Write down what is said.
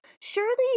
Surely